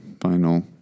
final